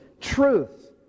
truth